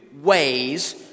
ways